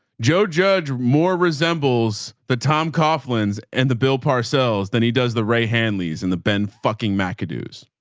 joe judge more resembles the tom coffins and the bill parcels than he does the ray handley's and the ben fucking maca dues.